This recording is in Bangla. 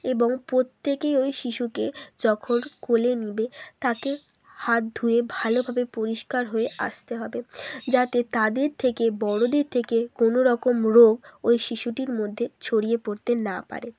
এবং প্রত্যেকে ওই শিশুকে যখন কোলে নেবে তাকে হাত ধুয়ে ভালোভাবে পরিষ্কার হয়ে আসতে হবে যাতে তাদের থেকে বড়দের থেকে কোনো রকম রোগ ওই শিশুটির মধ্যে ছড়িয়ে পড়তে না পারে